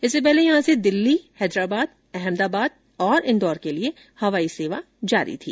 इससे पहले यहां से दिल्ली हैदराबाद अहमदाबाद और इंदौर लिए हवाई सेवा जारी थी